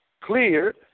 cleared